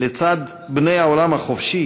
לצד בני העולם החופשי